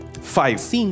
five